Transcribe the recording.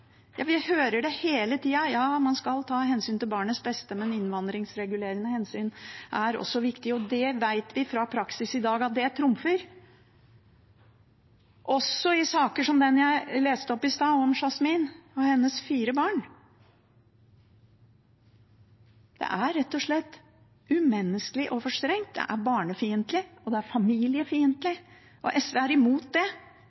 Vi hører hele tida at ja, man skal ta hensyn til barnets beste, men innvandringsregulerende hensyn er også viktig. Og vi vet fra praksis i dag at det trumfer, også i saker som den jeg leste opp i stad, om Yasmin og hennes fire barn. Det er rett og slett umenneskelig og for strengt, det er barnefiendtlig, det er familiefiendtlig, og SV er imot det.